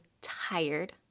tired